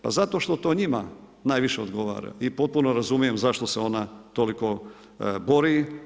Pa zato što to njima najviše odgovara i potpuno razumijem zašto se ona toliko bori.